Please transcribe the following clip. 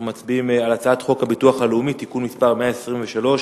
אנחנו מצביעים על הצעת חוק הביטוח הלאומי (תיקון מס' 123)